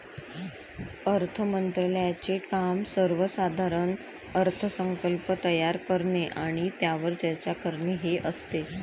अर्थ मंत्रालयाचे काम सर्वसाधारण अर्थसंकल्प तयार करणे आणि त्यावर चर्चा करणे हे असते